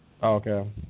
Okay